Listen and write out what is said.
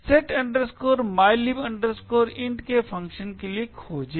set mylib int function के लिए खोजें